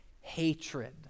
hatred